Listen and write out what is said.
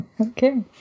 Okay